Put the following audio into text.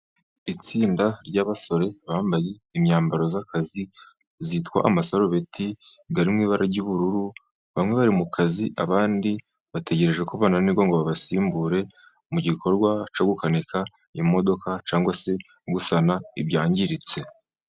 Itsinda ry'abasore bambaye, imyambaro y'akazi yitwa amasarubeti, ari mu ibara ry'ubururu, bamwe bari mu kazi, abandi bategereje kubona ko bananirwa ngo babasimbure, mu gikorwa cyo gukanika modoka cyangwa se gusana ibyangiritse.